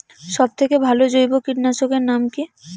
সব থেকে ভালো জৈব কীটনাশক এর নাম কি?